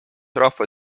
rahva